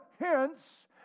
hence